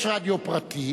יש רדיו פרטי,